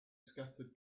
scattered